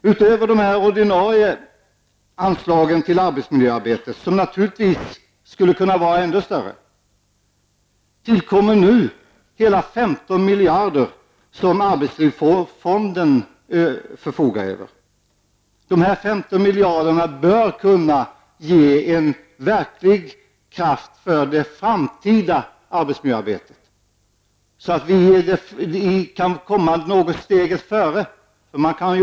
Utöver de ordinarie anslagen till arbetsmiljöarbete, som naturligtvis skulle kunna vara ändå större, tillkommer nu hela 15 miljarder som arbetslivsfonden förfogar över. De 15 miljarderna bör kunna ge verklig kraft åt det framtida arbetsmiljöarbetet, så att vi kan komma steget före.